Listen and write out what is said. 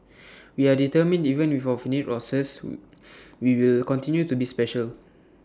we are determined even with our finite resources we will continue to be special